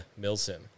Milsim